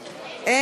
סליחה.